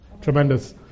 tremendous